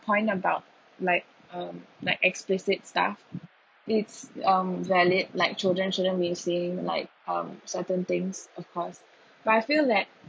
point about like um like explicit stuff it's um valid like children shouldn't be seeing like um certain things of course but I feel that